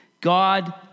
God